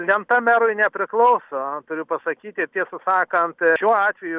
lenta merui nepriklauso turiu pasakyti tiesą sakant šiuo atveju